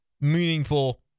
meaningful